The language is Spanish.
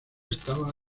estaba